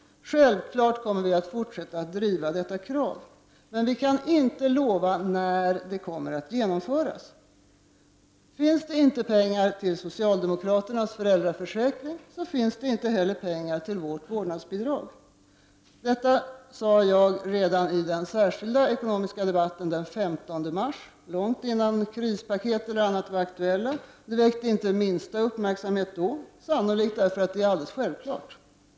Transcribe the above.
Självklart kommer vi att fortsätta att driva detta krav. Men vi kan inte lova när det kan genomföras. Finns det inte pengar till socialdemokraternas föräldraförsäkring, så finns det inte heller pengar till vårt vårdnadsbidrag. Detta sade jag redan i den särkilda ekonomiska debatten den 15 mars — långt innan krispaket och annat var aktuellt — och det väckte ingen uppmärksamhet då, sannolikt därför att det är så självklart.